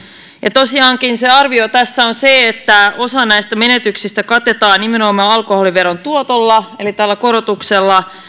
tosiaankin se arvio tässä on se että osa näistä menetyksistä katetaan nimenomaan alkoholiveron tuotolla eli tällä korotuksella